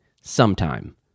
Sometime